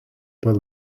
pat